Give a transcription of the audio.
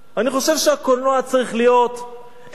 אני חושב שהקולנוע צריך להיות ערכי,